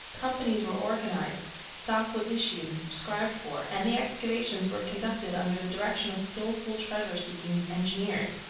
companies were organized, stock was issued and subscribed for, and the excavations were conducted under the direction of skilful treasure-seeking engineers.